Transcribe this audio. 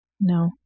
No